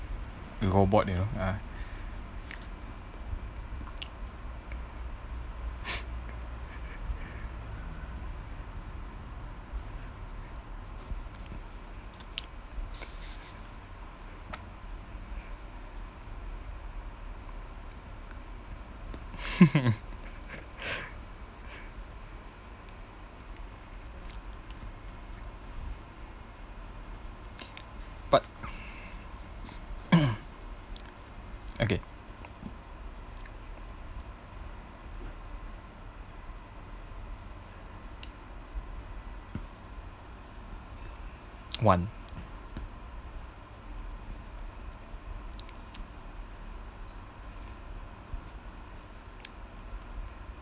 robot you know uh but okay want